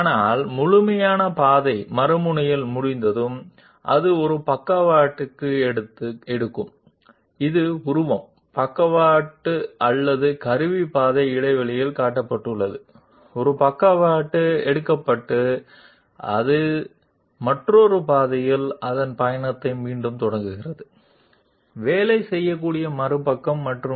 కాబట్టి కట్టర్ చూపబడింది అది ముందుకు అడుగులు వేస్తూ ముందుకు సాగుతోంది కానీ పూర్తి మార్గం మరొక చివరలో పూర్తయిన తర్వాత అది ఫిగర్ సైడ్స్టెప్ లేదా టూల్ పాత్ ఇంటర్వెల్లో చూపబడిన సైడ్స్టెప్ పడుతుంది ఒక సైడ్స్టెప్ తీసుకోబడుతుంది మరియు ఇది వర్క్పీస్కి మరొక వైపుకు మరొక మార్గంలో తన ప్రయాణాన్ని పునఃప్రారంభిస్తుంది మరియు ఈ అప్రైజ్డ్ భాగాలను స్కాలోప్స్ అంటారు